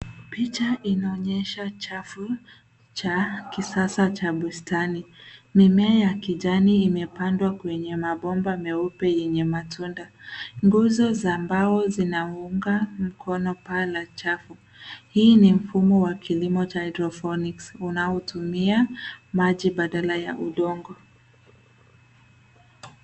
Picha inaonyesha chafu cha kisasa cha bustani. Mimea ya kijani imepandwa kwenye mabomba meupe yenye matunda. Nguzo za mbao zinaunga mkono paa la chafu. Hii ni mfumo wa kilimo cha hydroponics unaotumia maji badala ya udongo.